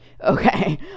Okay